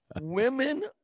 Women